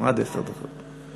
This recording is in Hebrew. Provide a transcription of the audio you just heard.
עשר דקות.